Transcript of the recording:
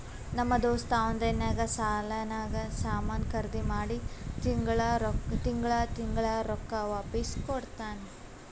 ನಮ್ ದೋಸ್ತ ಆನ್ಲೈನ್ ನಾಗ್ ಸಾಲಾನಾಗ್ ಸಾಮಾನ್ ಖರ್ದಿ ಮಾಡಿ ತಿಂಗಳಾ ತಿಂಗಳಾ ರೊಕ್ಕಾ ವಾಪಿಸ್ ಕೊಡ್ತಾನ್